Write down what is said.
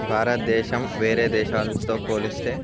భారతదేశం వేరే దేశాలతో పోలిస్తే